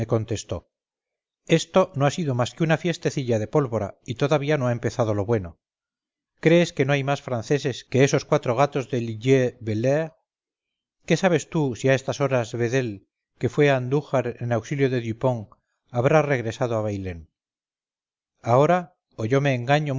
contestó esto no ha sido más que una fiestecilla de pólvora y todavía no ha empezado lo bueno crees que no hay más franceses que esos cuatro gatos de ligier belair qué sabes tú si a estas horas vedel que fue a andújar en auxilio de dupont habrá regresado a bailén ahora o yo meengaño